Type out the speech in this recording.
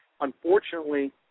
unfortunately